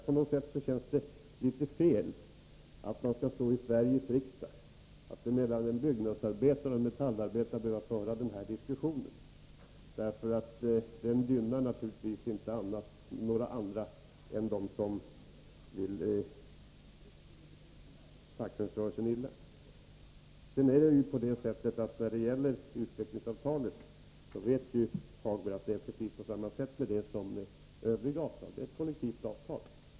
På något sätt känns det litet fel att stå i Sveriges riksdag och behöva föra den här diskussionen, mellan en byggnadsarbetare och en metallarbetare. Den gynnar naturligtvis inte några andra än dem som vill fackföreningsrörelsen illa. När det sedan gäller utvecklingsavtalet vet ju Hagberg att det är precis på samma sätt med det som med övriga avtal. Det är ett kollektivt avtal.